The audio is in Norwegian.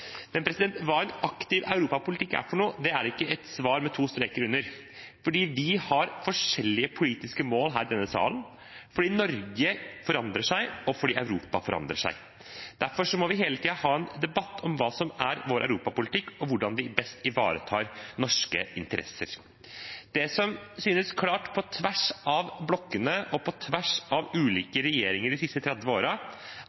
hva en aktiv europapolitikk er, er ikke et svar med to streker under – fordi vi har forskjellige politiske mål her i denne salen, fordi Norge forandrer seg, og fordi Europa forandrer seg. Derfor må vi hele tiden ha debatt om hva som er vår europapolitikk, og hvordan vi best ivaretar norske interesser. Det som synes klart på tvers av blokkene og på tvers av